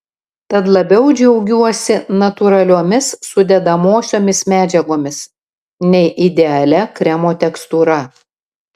tad labiau džiaugiuosi natūraliomis sudedamosiomis medžiagomis nei idealia kremo tekstūra